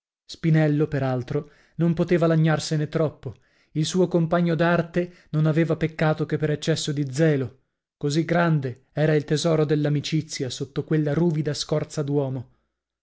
spinello per altro non poteva lagnarsene troppo il suo compagno d'arte non aveva peccato che per eccesso di zelo così grande era il tesoro dell'amicizia sotto quella ruvida scorza d'uomo